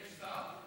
אין שר.